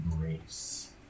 grace